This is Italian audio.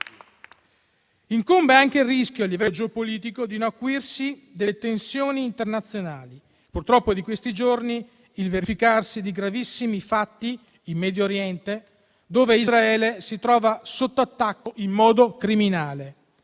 Incombe anche il rischio, a livello geopolitico, di un acuirsi delle tensioni internazionali. Purtroppo è di questi giorni il verificarsi di gravissimi fatti in Medio Oriente, dove Israele è fatta oggetto di un attacco criminale